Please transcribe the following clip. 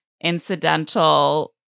incidental